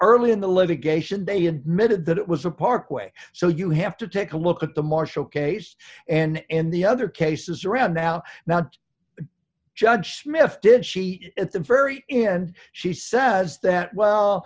litigation they admitted that it was a parkway so you have to take a look at the marshall case and the other cases around now not judge smith did she at the very end she says that well